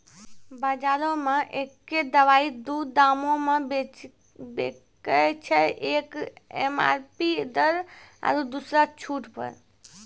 बजारो मे एक्कै दवाइ दू दामो मे बिकैय छै, एक एम.आर.पी दर आरु दोसरो छूट पर